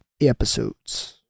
episodes